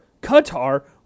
Qatar